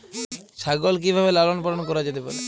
ছাগল কি ভাবে লালন পালন করা যেতে পারে?